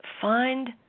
find